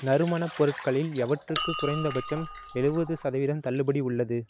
நறுமணப் பொருட்களில் எவற்றுக்கு குறைந்தபட்சம் எழுபது சதவீதம் தள்ளுபடி உள்ளது